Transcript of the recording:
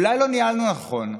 אולי לא ניהלנו נכון,